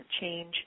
change